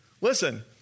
Listen